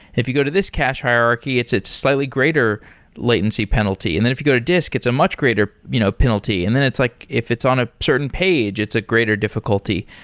if you go to this cache hierarchy, it's it's a slightly greater latency penalty. and then if you go to disk, it's a much greater you know penalty. and then it's like if it's on a certain page, it's a great difficulty,